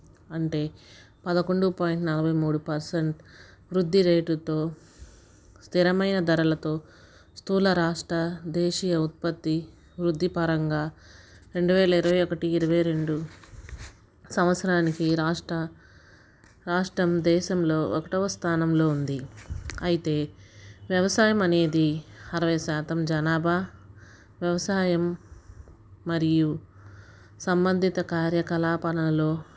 అంటే పదకొండు పాయింట్ నలభై మూడు పర్సెంట్ వృద్ధిరేటుతో స్థిరమైన ధరలతో స్థూలరాష్ట దేశీయ ఉత్పత్తి వృద్ధిపరంగా రెండు వేల ఇరవై ఒకటి ఇరవై రెండు సంవత్సరానికి రాష్ట్ర రాష్ట్రం దేశంలో ఒకటవ స్థానంలో ఉంది అయితే వ్యవసాయం అనేది అరవై శాతం జనాభా వ్యవసాయం మరియు సంబంధిత కార్యకలాపాలలో